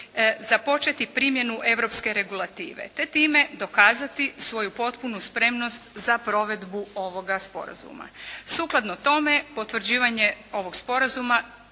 započeti primjenu europske regulative te time dokazati svoju potpunu spremnost za provedbu ovoga sporazuma. Sukladno tome potvrđivanje ovog sporazuma